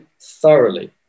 thoroughly